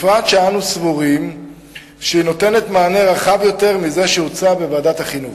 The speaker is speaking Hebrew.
בפרט שאנו סבורים שהיא נותנת מענה רחב יותר מזה שהוצע בוועדת החינוך.